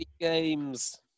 games